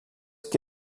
que